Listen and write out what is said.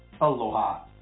Aloha